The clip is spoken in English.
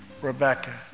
Rebecca